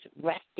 resting